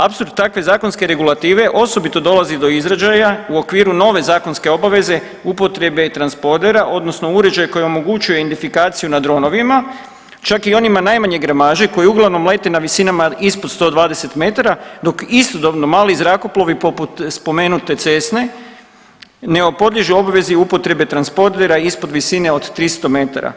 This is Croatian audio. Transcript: Apsurd takve zakonske regulative osobito dolazi do izražaja u okviru nove zakonske obaveze upotrebe transpodera odnosno uređaja koji omogućuju identifikaciju nad dronovima, čak i onima najmanje gramaže koji uglavnom lete na visinama ispod 120 metara dok istodobno mali zrakoplovi poput spomenute Cesne ne podliježu obvezi upotrebi transpordera ispod visine od 300 metara.